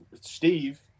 Steve